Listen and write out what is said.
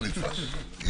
אני